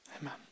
Amen